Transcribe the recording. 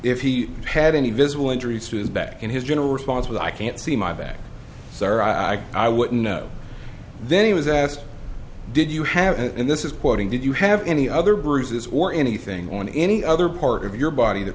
if he had any visible injuries to his back in his general response was i can't see my back sorry i i wouldn't know then he was asked did you have and this is quoting did you have any other bruises or anything on any other part of your body that